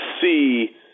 see